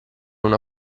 una